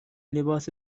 لباس